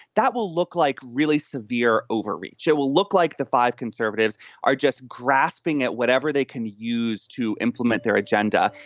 that will look like really severe overreach. it will look like the five conservatives are just grasping at whatever they can use to implement their agenda.